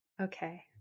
Okay